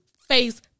face